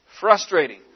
frustrating